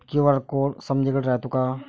QR code समदीकडे रायतो का?